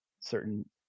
certain